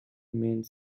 remained